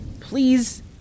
please